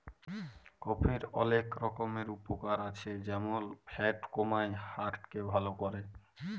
কফির অলেক রকমের উপকার আছে যেমল ফ্যাট কমায়, হার্ট কে ভাল ক্যরে